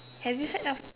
have you heard of